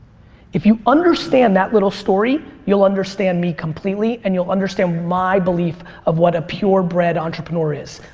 if you understand that little story you'll understand me completely and you'll understand my belief of what a purebred entrepreneur is.